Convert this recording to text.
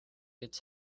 its